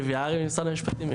ניב יערי משרד המשפטים,